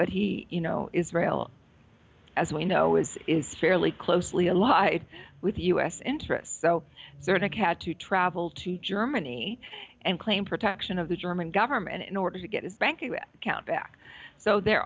but he you know israel as we know it is fairly closely allied with u s interests so there is a catch to travel to germany and claim protection of the german government in order to get his bank account back so there